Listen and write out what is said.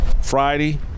Friday